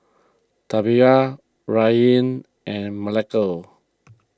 Taliyah Rylan and